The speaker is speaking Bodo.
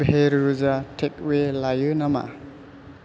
बेहरुजा टेकवे लायो नामा